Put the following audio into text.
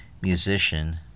musician